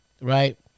right